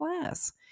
class